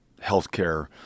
healthcare